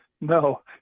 No